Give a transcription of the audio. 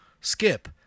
skip